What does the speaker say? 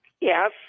Yes